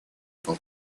был